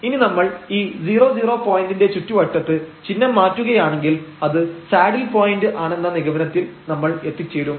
ഇനി നമ്മൾ ഈ 00 പോയന്റിന്റെ ചുറ്റുവട്ടത്ത് ചിഹ്നം മാറ്റുകയാണെങ്കിൽ അത് സാഡിൽ പോയിന്റ് ആണെന്ന നിഗമനത്തിൽ നമ്മൾ എത്തിച്ചേരും